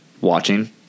watching